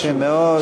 קשה מאוד.